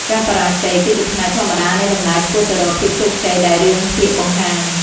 ការបរាជ័យ គឺជាផ្នែកធម្មតានៃដំណើរឆ្ពោះទៅរកភាពជោគជ័យដែលរឿងភាគបង្ហាញ។